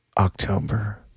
October